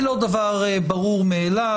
היא לא דבר ברור מאליו,